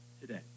today